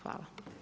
Hvala.